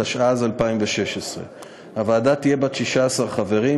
התשע"ז 2016. הוועדה תהיה בת 16 חברים,